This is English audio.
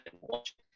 watch